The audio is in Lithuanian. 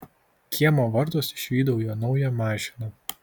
kiemo vartuos išvydau jo naują mašiną